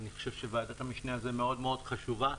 אני חושב שוועדת המשנה הזאת מאוד מאוד חשובה.